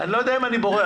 אני לא יודע אם אני בורח.